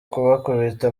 kubakubita